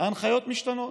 ההנחיות משתנות.